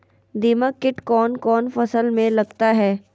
दीमक किट कौन कौन फसल में लगता है?